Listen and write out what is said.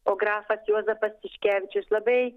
o grafas juozapas tiškevičius labai